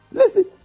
listen